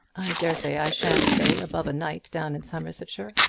dare say i shan't stay above a night down in somersetshire.